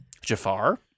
Jafar